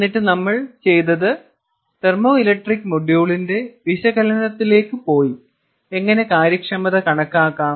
എന്നിട്ട് നമ്മൾ ചെയ്തത് തെർമോ ഇലക്ട്രിക് മൊഡ്യൂളിന്റെ വിശകലനത്തിലേക്ക് പോയി എങ്ങനെ കാര്യക്ഷമത കണക്കാക്കാം